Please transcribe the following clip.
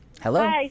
Hello